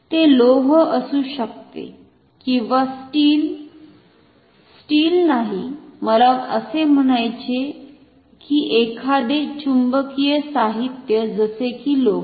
ते लोह असु शकते किंवा स्टील स्टील नाही मला असे म्हणायचे की एखादे चुंबकीय साहित्य जसेकी लोह